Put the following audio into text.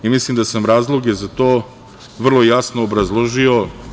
Mislim da sam razloge za to vrlo jasno obrazložio.